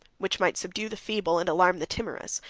which might subdue the feeble, and alarm the timorous,